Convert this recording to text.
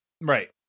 Right